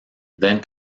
then